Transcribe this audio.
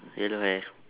ah